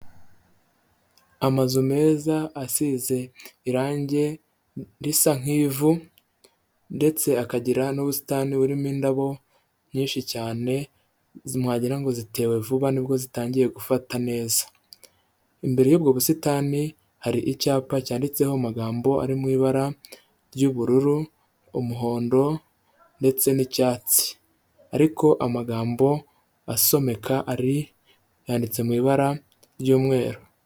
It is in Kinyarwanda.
Amazu meza asize irangi risa nk'ivu ndetse akagira n'ubusitani buririmo indabo nyinshi cyane, wagira ngo zitewe vuba nibwo zitangiye gufata neza, imbere y'ubwo busitani hari icyapa cyanditseho amagambo ari mu ibara ry'ubururu, umuhondo, ndetse n'icyatsi, ariko amagambo asomeka yanditse mu ibara ry'umweru.